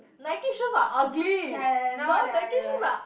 Nike shoes are ugly no Nike shoes are